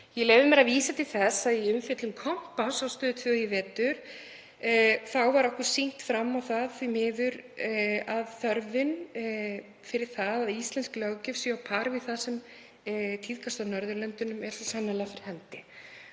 Ég leyfi mér að vísa til þess að í umfjöllun Kompáss á Stöð 2 í vetur var okkur sýnt fram á það, því miður, að þörfin fyrir það að íslensk löggjöf sé á pari við það sem tíðkast annars staðar á Norðurlöndunum er svo sannarlega fyrir hendi.